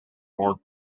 born